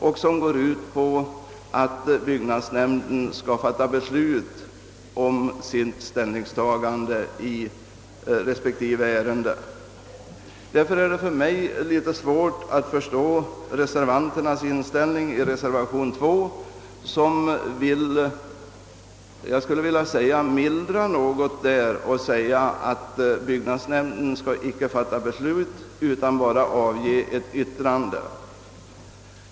Den innebär att byggnadsnämnden skall fatta beslut om sitt ställningstagande i respektive ärende. Jag har svårt att förstå reservanternas inställning att byggnadsnämnden inte bör fatta beslut utan endast avge ett yttrande.